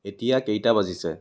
এতিয়া কেইটা বাজিছে